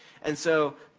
and, so,